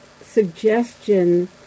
suggestion